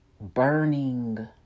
burning